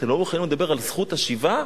אתם לא מוכנים לדבר על זכות השיבה?